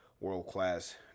world-class